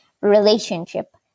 relationship